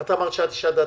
את אמרת שאת אישה דתייה,